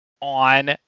on